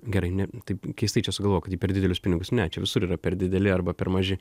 gerai ne taip keistai čia sugalvojau kad į per didelius pinigus ne čia visur yra per dideli arba per maži